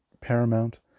Paramount